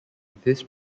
this